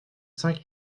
cinq